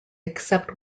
except